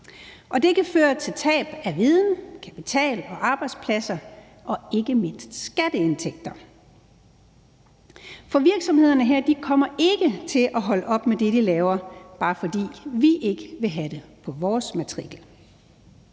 og det kan føre til tab af viden, kapital og arbejdspladser og ikke mindst skatteindtægter. For virksomhederne her kommer ikke til at holde op med det, de laver, bare fordi vi ikke vil have det på vores matrikel.